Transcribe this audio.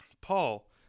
Paul